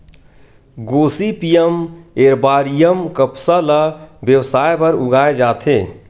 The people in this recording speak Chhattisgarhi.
गोसिपीयम एरबॉरियम कपसा ल बेवसाय बर उगाए जाथे